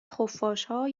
خفاشها